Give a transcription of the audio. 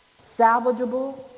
salvageable